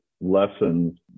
lessons